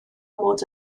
mod